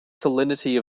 salinity